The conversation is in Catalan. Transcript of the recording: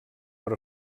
per